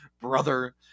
brother